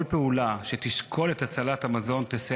כל פעולה שתשקול את הצלת המזון תסייע